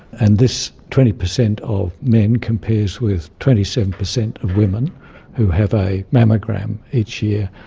and this twenty percent of men compares with twenty seven percent of women who have a mammogram each year.